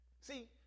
See